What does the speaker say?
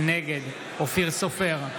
נגד אופיר סופר,